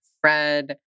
Fred